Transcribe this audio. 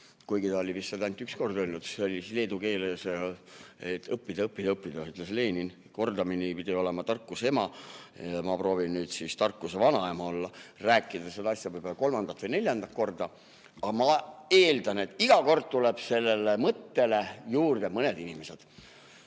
kuigi ta oli seda vist ainult üks kord öelnud. See oli leedu keeles ""Õppida, õppida, õppida," ütles Lenin". Kordamine pidi olema tarkuse ema. Ma proovin nüüd tarkuse vanaema olla ja rääkida seda asja juba kolmandat või neljandat korda. Aga ma eeldan, et iga kord tulevad sellele mõttele juurde mõned inimesed.